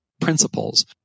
principles